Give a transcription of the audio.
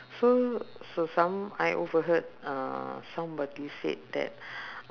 so so some I overheard uh somebody said that